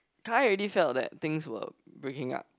Kai already felt that things were breaking up